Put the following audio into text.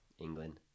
England